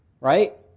right